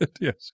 yes